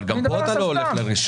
אבל גם כאן אתה לא הולך לראשון.